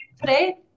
today